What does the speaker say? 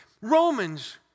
Romans